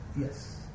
Yes